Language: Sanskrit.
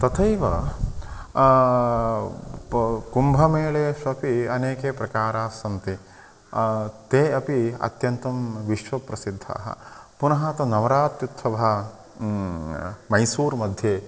तथैव प कुम्भमेलेष्वपि अनेके प्रकारास्सन्ति ते अपि अत्यन्तं विश्वप्रसिद्धाः पुनः तु नवरात्र्युत्सवः मैसूर्मध्ये